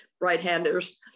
right-handers